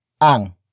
ang